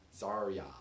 Zarya